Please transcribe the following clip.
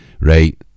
Right